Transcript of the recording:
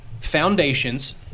foundations